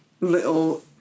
little